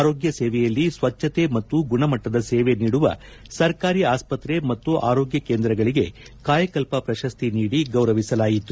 ಆರೋಗ್ಯ ಸೇವೆಯಲ್ಲಿ ಸ್ವಜ್ಞತೆ ಮತ್ತು ಗುಣಮಟ್ಟದ ಸೇವೆ ನೀಡುವ ಸರ್ಕಾರಿ ಆಸ್ತತ್ರೆ ಮತ್ತು ಆರೋಗ್ಯ ಕೇಂದ್ರಗಳಿಗೆ ಕಾಯಕಲ್ಪ ಪ್ರಶಸ್ತಿ ನೀಡಿ ಗೌರವಿಸಲಾಯಿತು